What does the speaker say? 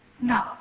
No